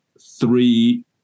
three